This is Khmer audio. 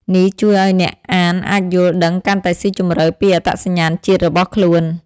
នេះជួយឲ្យអ្នកអានអាចយល់ដឹងកាន់តែស៊ីជម្រៅពីអត្តសញ្ញាណជាតិរបស់ខ្លួន។